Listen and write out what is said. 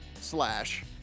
slash